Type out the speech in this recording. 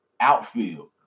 outfield